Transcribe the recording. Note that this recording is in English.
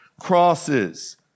crosses